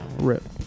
Rip